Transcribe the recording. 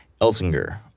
Elsinger